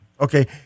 Okay